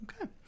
Okay